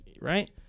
right